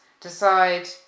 decide